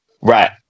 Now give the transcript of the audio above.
Right